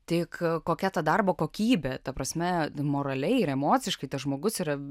tik kokia ta darbo kokybė ta prasme moraliai ir emociškai tas žmogus yra